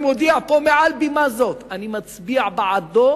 אני מודיע פה מעל בימה זו שאני מצביע בעדו,